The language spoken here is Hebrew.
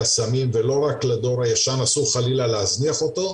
הסמים ולא רק לדור הישן אסור חלילה להזניח אותו.